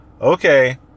okay